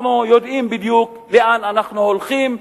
אנחנו יודעים בדיוק לאן אנחנו הולכים,